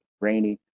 rainy